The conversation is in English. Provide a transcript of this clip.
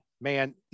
man